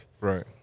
Right